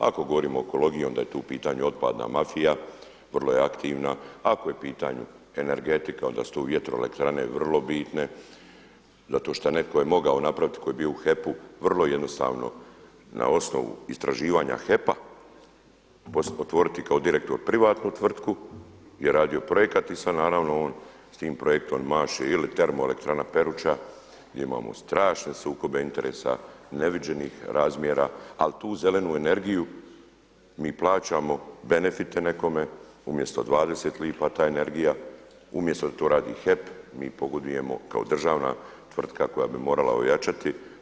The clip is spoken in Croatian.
Ako govorimo o ekologiji onda je tu u pitanju otpadna mafija, vrlo je aktivna, ako je u pitanju energetika, onda su tu vjetroelektrane vrlo bitne zato što netko je mogao napraviti koji je bio u HEP-u, vrlo jednostavno na osnovu istraživanja HEP-a otvoriti kao direktor privatnu tvrtku, gdje je radio projekat i sada naravno on s tim projektom maše ili Termoelektrana Peruča gdje imamo strašne sukobe interesa neviđenih razmjera ali tu zelenu energiju mi plaćamo benefite nekome, umjesto 20 lipa ta energija, umjesto da to radi HEP, mi pogodujemo kao državna tvrtka koja bi mogla ojačati.